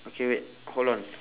okay wait hold on